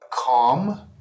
calm